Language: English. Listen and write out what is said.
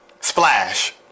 Splash